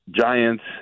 Giants